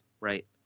right